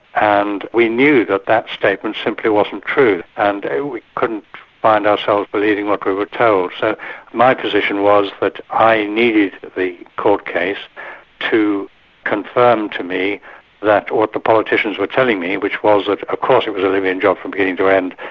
and we knew that that statement simply wasn't true, and we couldn't find ourselves believing what we were told. so my position was that but i needed the court case to confirm to me that what the politicians were telling me, which was that of course it was a libyan job from beginning to end,